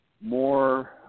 more